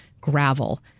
gravel